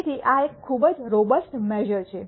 તેથી આ એક ખૂબ જ રોબસ્ટ મેશ઼ર છે